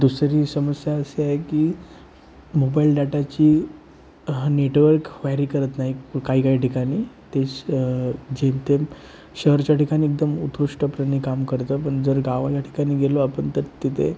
दुसरी समस्या अशी आहे की मोबाईल डाटाची हा नेटवर्क व्हॅरी करत नाही काहीकाही ठिकाणी ते स जेमतेम शहराच्या ठिकाणी एकदम उत्कृष्टपणे काम करतं पण जर गावाच्या ठिकाणी गेलो आपण तर तिथे